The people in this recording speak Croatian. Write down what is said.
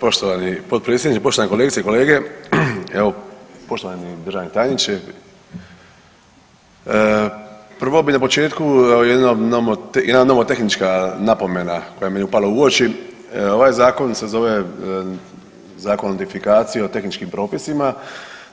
Poštovani potpredsjedniče, poštovane kolegice i kolege, evo poštovani državni tajniče, prvo bi na početku jedno, jedna nomotehnička napomena koja mi je upala u oči, ovaj zakon se zove Zakon o notifikaciji o tehničkim propisima,